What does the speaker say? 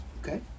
Okay